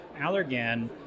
Allergan